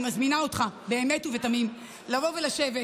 אני מזמינה אותך באמת ובתמים לבוא ולשבת